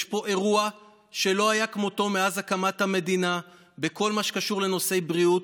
יש פה אירוע שלא היה כמותו מאז הקמת המדינה בכל מה שקשור לנושא בריאותי,